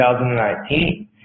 2019